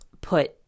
put